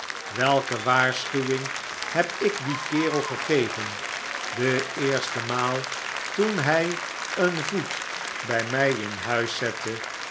welke waarschuwing heb ik dien kerel gegeven de eerste maal toen hij een voet bij mij in huis zette